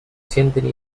sienten